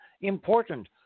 important